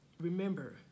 remember